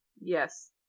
Yes